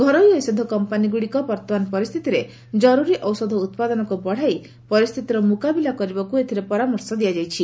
ଘରୋଇ ଔଷଧ କମ୍ପାନୀଗୁଡ଼ିକ ବର୍ତ୍ତମାନ ପରିସ୍ଥିତିରେ ଜରୁରି ଔଷଧ ଉତ୍ପାଦନକୁ ବଢ଼ାଇ ପରିସ୍ଥିତିର ମୁକାବିଲା କରିବାକୁ ଏଥିରେ ପରାମର୍ଶ ଦିଆଯାଇଛି